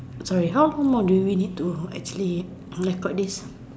sorry how long more do we need to actually record this